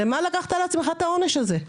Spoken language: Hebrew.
למה לקחת על עצמך את העונש הזה?